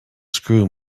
screw